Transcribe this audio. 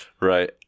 Right